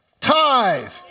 tithe